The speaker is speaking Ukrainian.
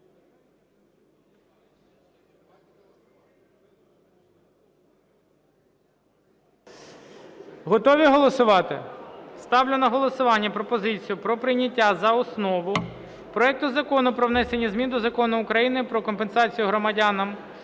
Готові голосувати? Ставлю на голосування пропозицію про прийняття за основу проекту Закону про внесення змін до Закону України "Про компенсацію громадянам